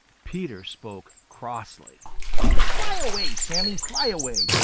peter spoke crossly fly away, sammy, fly away!